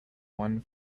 one